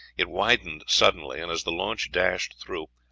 it widened suddenly, and as the launch dashed through,